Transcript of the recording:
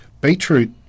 beetroot